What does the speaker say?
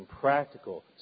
practical